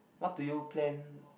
what do you plan